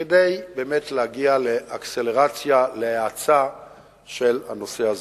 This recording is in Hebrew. כדי להגיע לאקסלרציה, להאצה של הנושא הזה.